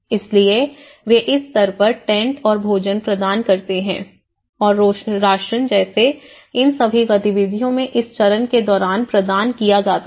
इसलिए वे इस स्तर पर टेंट और भोजन प्रदान करते हैंऔर राशन जैसे इन सभी गतिविधियों में इस चरण के दौरान प्रदान किया जाता है